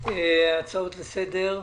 נתחיל עם הצעות לסדר.